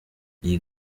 iyi